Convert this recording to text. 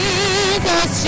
Jesus